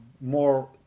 more